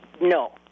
No